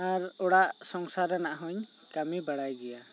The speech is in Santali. ᱟᱨ ᱚᱲᱟᱜ ᱥᱟᱝᱥᱟᱨ ᱨᱮᱱᱟᱜ ᱦᱚᱧ ᱠᱟ ᱢᱤ ᱵᱟᱲᱟᱭ ᱜᱮᱭᱟ